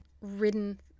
ridden